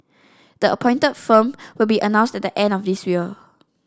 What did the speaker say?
the appointed firm will be announced at the end of this year